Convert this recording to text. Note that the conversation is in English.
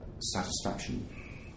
satisfaction